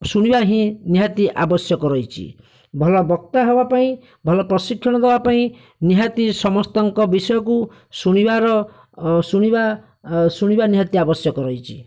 ଶୁଣିବା ହିଁ ନିହାତି ଆବଶ୍ୟକ ରହିଛିଭଲ ବକ୍ତା ହେବା ପାଇଁ ଭଲ ପ୍ରଶିକ୍ଷଣ ଦେବା ପାଇଁ ନିହାତି ସମସ୍ତଙ୍କ ବିଷୟକୁ ଶୁଣିବାର ଶୁଣିବା ଶୁଣିବା ନିହାତି ଆବଶ୍ୟକ ରହିଛି